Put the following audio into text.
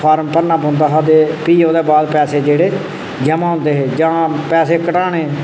form भरना पौंदा हा ते फ्ही ओह्दे बाद पैसे जेह्ड़े जमां होंदे हे जां पैसे कड्ढाने